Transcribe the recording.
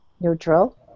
neutral